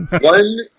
One